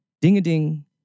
Ding-a-ding